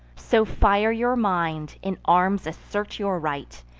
so fire your mind, in arms assert your right,